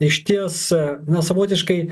išties na savotiškai